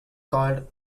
called